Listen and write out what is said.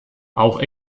auch